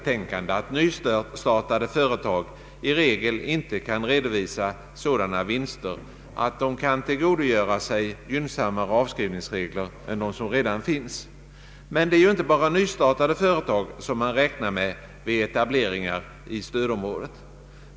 regionalpolitiken betänkande, att nystartade företag i regel inte kan redovisa sådana vinster att de kan tillgodogöra sig gynnsammare avskrivningsregler än dem som redan finns. Men det är ju inte bara nystartade företag som man räknar med vid etableringar i stödområdet.